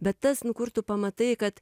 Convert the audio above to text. bet tas nu kur tu pamatai kad